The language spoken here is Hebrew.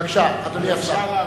בבקשה, אדוני השר.